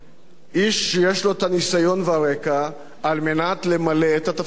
איש שיש לו הניסיון והרקע על מנת למלא את התפקיד הזה?